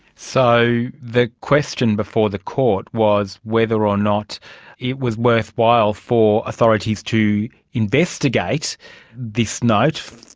so the question before the court was whether or not it was worthwhile for authorities to investigate this note,